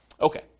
Okay